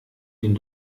den